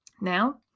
now